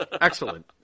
excellent